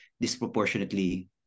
disproportionately